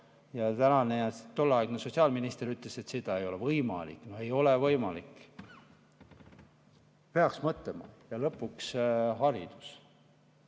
ja tolleaegne sotsiaalminister ütles, et see ei ole võimalik, no ei ole võimalik. Peaks mõtlema. Lõpuks haridus.